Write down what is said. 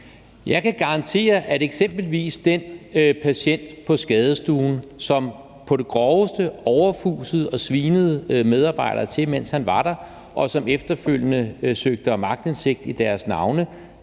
Jeg kan garantere, at eksempelvis den patient på skadestuen, som på det groveste overfusede og svinede medarbejdere til, mens han var der, og som efterfølgende søgte om aktindsigt i deres navne